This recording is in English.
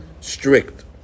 strict